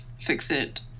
fix-it